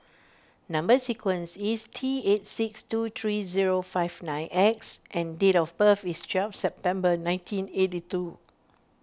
Number Sequence is T eight six two three zero five nine X and date of birth is twelve September nineteen eighty two